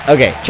Okay